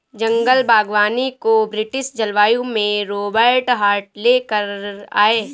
जंगल बागवानी को ब्रिटिश जलवायु में रोबर्ट हार्ट ले कर आये